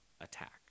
attack